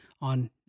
on